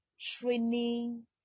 training